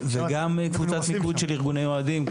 וגם קבוצת מיקוד של ארגוני אוהדים,